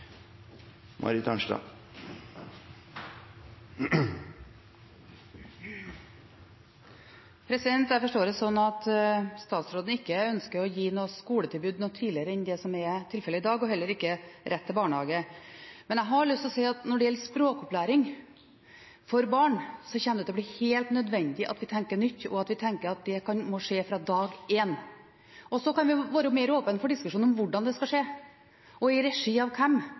Marit Arnstad – til oppfølgingsspørsmål. Jeg forstår det slik at statsråden ikke ønsker å gi skoletilbud noe tidligere enn det som er tilfellet i dag, og heller ikke rett til barnehage. Men når det gjelder språkopplæring for barn, kommer det til å bli helt nødvendig at vi tenker nytt, og at vi tenker at det må skje fra dag én. Så kan vi være mer åpne for diskusjon om hvordan det skal skje, og i regi av hvem,